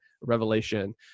Revelation